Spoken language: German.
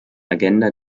agenda